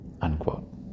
unquote